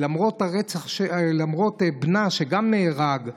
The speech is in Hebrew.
למרות שגם בנה נהרג,